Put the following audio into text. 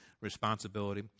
responsibility